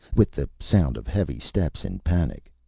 with the sound of heavy steps in panic